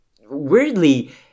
weirdly